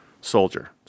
soldier